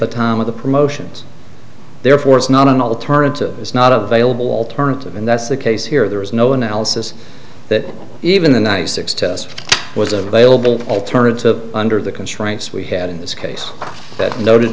the time of the promotions therefore it's not an alternative it's not available alternative and that's the case here there was no analysis that even the ninety six test was available alternative under the constraints we had in this case that not